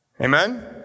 Amen